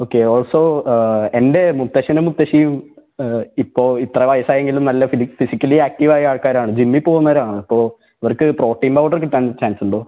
okay also എൻ്റെ മുത്തശ്ശനും മുത്തശ്ശിയും ഇപ്പോൾ ഇത്ര വയസ്സായെങ്കിലും നല്ല ഫിലി ഫിസിക്കലി ആക്റ്റീവ് ആയ ആൾക്കാരാണ് ജിമ്മിൽ പോവുന്നവരാണ് അപ്പോൾ അവർക്ക് പ്രോട്ടീൻ പൗഡർ കിട്ടാൻ ചാൻസ് ഉണ്ടോ